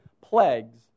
plagues